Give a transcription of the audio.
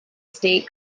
state